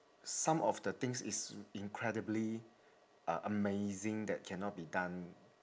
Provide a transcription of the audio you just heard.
some of the things is incredibly uh amazing that cannot be done